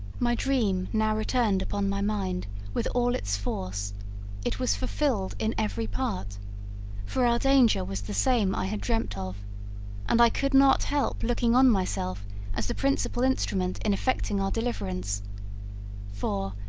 my dream now returned upon my mind with all its force it was fulfilled in every part for our danger was the same i had dreamt of and i could not help looking on myself as the principal instrument in effecting our deliverance for,